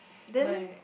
then